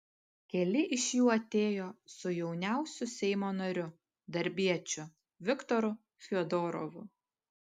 keli iš jų atėjo su jauniausiu seimo nariu darbiečiu viktoru fiodorovu